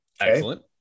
Excellent